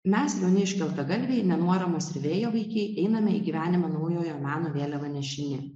mes jauni iškeltagalviai nenuoramos ir vėjavaikiai einame į gyvenimą naujojo meno vėliava nešini